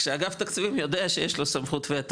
כשאגף תקציבים יודע שיש לו סמכות וטו.